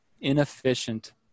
inefficient